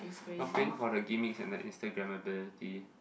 you are paying for the gimmicks and the Instagrammability